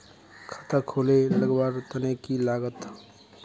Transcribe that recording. खाता खोले लगवार तने की लागत?